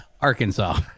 Arkansas